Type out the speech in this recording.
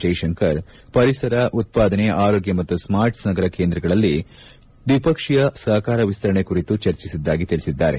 ಜೈಶಂಕರ್ ಪರಿಸರ ಉತ್ಪಾದನೆ ಆರೋಗ್ಯ ಮತ್ತು ಸ್ಮಾರ್ಟ್ ನಗರ ಕ್ಷೇತ್ರಗಳಲ್ಲಿನ ದ್ವಿಪಕ್ಷೀಯ ಸಹಕಾರ ವಿಸ್ತರಣೆ ಕುರಿತು ಚರ್ಚಿಸಿದ್ದಾಗಿ ತಿಳಿಸಿದರು